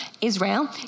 Israel